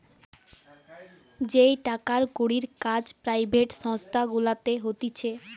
যেই টাকার কড়ির কাজ পেরাইভেট সংস্থা গুলাতে হতিছে